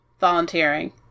volunteering